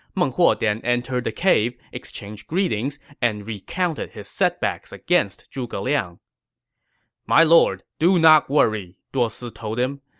meng huo then entered the cave, exchanged greetings, and recounted his setbacks against zhuge liang my lord, do not worry, duosi told him.